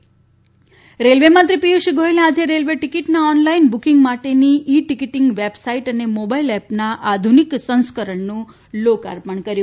railway railway મંત્રી પિયુષ ગોયલે આજે રેલ્વે ટીકીટના ઓનલાઇન બુકિંગ માટેની ઇ ટીકીટીંગ વેબસાઇટ અને મોબાઇલ એપના આધુનિક સંસ્કરણનું લોકાર્પણ કર્યું